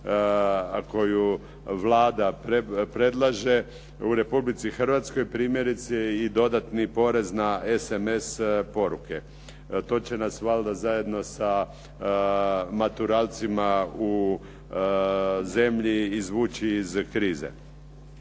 koju Vlada predlaže u Republici Hrvatskoj primjerice i dodatni poreza na SMS poruke. To će nas valjda zajedno sa maturalcima u zemlji izvući iz krize.